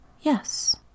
Yes